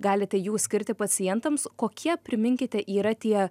galite jūs skirti pacientams kokie priminkite yra tie